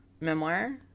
memoir